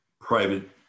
private